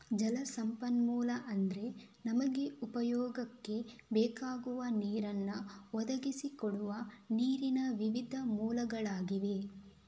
ಜಲ ಸಂಪನ್ಮೂಲ ಅಂದ್ರೆ ನಮಗೆ ಉಪಯೋಗಕ್ಕೆ ಬೇಕಾಗುವ ನೀರನ್ನ ಒದಗಿಸಿ ಕೊಡುವ ನೀರಿನ ವಿವಿಧ ಮೂಲಗಳಾಗಿವೆ